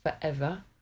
forever